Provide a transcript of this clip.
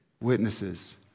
Witnesses